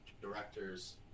directors